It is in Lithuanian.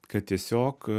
kad tiesiog